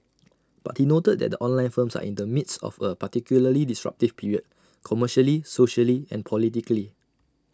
but he noted that the online firms are in the midst of A particularly disruptive period commercially socially and politically